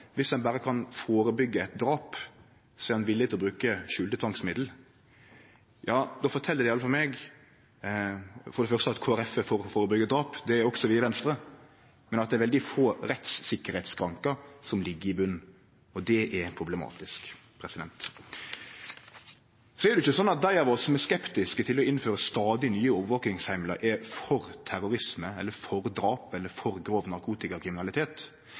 viss ein berre kan førebyggje eit drap, så er ein villig til å bruke skjulte tvangsmiddel, fortel det meg at Kristeleg Folkeparti er for å førebyggje drap – det er også vi i Venstre – men at det er veldig få rettssikkerheitsskrankar som ligg i botnen. Det er problematisk. Så er det ikkje slik at dei av oss som er skeptiske til å innføre stadig nye overvakingsheimlar, er for terrorisme, for drap eller for grov narkotikakriminalitet.